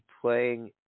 playing